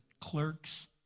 clerks